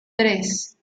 tres